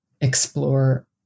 explore